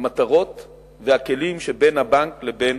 המטרות והכלים, בין הבנק לבין